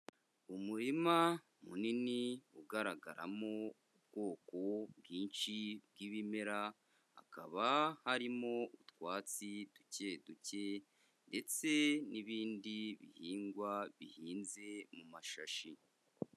Umurima munini ugaragaramo ubwoko bwinshi bw'ibimera, hakaba harimo utwatsi duke duke ndetse n'ibindi bihingwa bihinze mu mashashi.